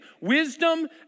wisdom